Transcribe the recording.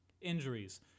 injuries